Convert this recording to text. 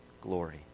glory